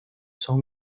son